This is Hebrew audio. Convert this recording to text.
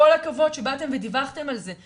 כל הכבוד שבאתם ודיווחתם על זה,